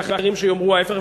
ואחרים שיאמרו ההפך,